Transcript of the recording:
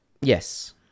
Yes